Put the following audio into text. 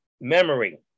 memory